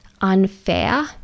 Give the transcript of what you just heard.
unfair